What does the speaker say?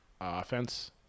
Offense